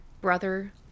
brother